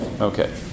okay